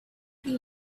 you